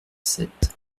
sept